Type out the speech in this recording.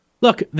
look